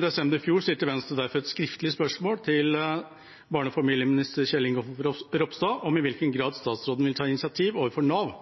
desember i fjor stilte Venstre derfor et skriftlig spørsmål til barne- og familieminister Kjell Ingolf Ropstad om i hvilken grad statsråden vil ta initiativ overfor Nav